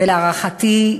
ולהערכתי,